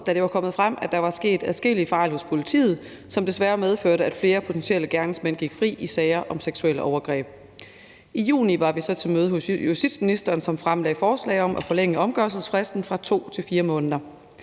da det var kommet frem, at der var sket adskillige fejl hos politiet, som desværre medførte, at flere potentielle gerningsmænd gik fri i sager om seksuelle overgreb. I juni var vi så til møde hos justitsministeren, som fremlagde forslag om at forlænge omgørelsesfristen fra 2 måneder